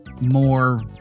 more